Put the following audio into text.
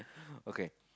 okay